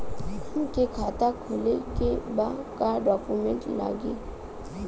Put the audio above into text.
हमके खाता खोले के बा का डॉक्यूमेंट लगी?